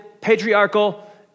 patriarchal